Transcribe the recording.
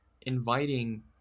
inviting